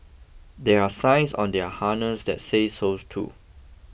there are signs on their harness that say so too